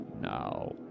Now